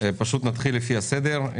נלך לפי הסדר.